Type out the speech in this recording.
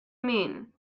mean